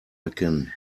erkennen